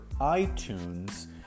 iTunes